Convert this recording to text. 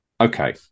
okay